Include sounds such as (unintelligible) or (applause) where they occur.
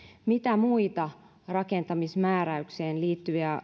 mitä muita rakentamismääräykseen liittyvää (unintelligible)